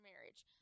marriage